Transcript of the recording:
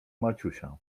maciusia